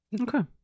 okay